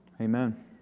Amen